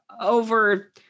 over